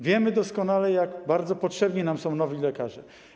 Wiemy doskonale, jak bardzo potrzebni nam są nowi lekarze.